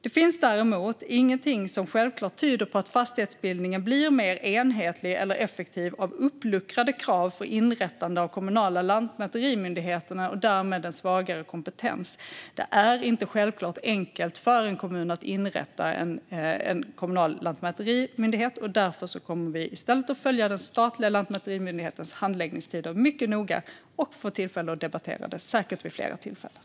Det finns däremot ingenting som självklart tyder på att fastighetsbildningen blir mer enhetlig eller effektiv av uppluckrade krav för inrättande av kommunala lantmäterimyndigheter och därmed en svagare kompetens. Det är inte självklart enkelt för en kommun att inrätta en kommunal lantmäterimyndighet. Därför kommer vi i stället att följa den statliga lantmäterimyndighetens handläggningstider mycket noga, och vi kommer säkert att få tillfälle att debattera dessa frågor vid fler tillfällen.